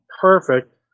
perfect